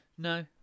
No